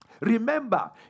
Remember